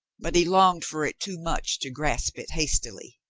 but he longed for it too much to grasp it hastily.